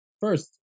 First